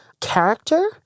character